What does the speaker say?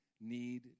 need